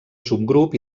subgrup